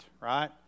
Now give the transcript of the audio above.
right